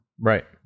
Right